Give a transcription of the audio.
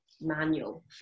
manual